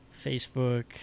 Facebook